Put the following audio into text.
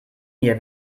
mir